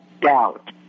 doubt